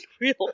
real